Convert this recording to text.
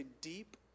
deep